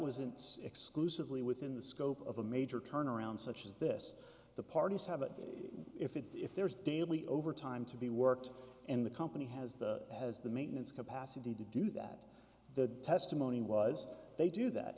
wasn't exclusively within the scope of a major turnaround such as this the parties have it if it's if there is daily overtime to be worked in the company has the has the maintenance capacity to do that that testimony was they do that